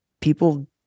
People